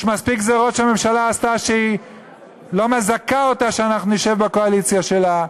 יש מספיק גזירות שהממשלה עשתה שלא מזכות אותה שאנחנו נשב בקואליציה שלה.